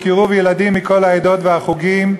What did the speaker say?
בקירוב ילדים מכל העדות והחוגים.